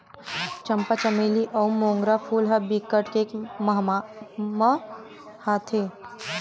चंपा, चमेली अउ मोंगरा फूल ह बिकट के ममहाथे